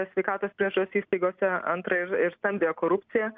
sveikatos priežiūros įstaigose antra ir ir stambiąją korupciją